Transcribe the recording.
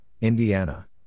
Indiana